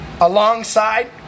alongside